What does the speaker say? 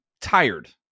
tired